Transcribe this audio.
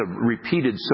repeated